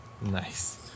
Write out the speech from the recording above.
Nice